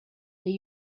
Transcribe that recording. they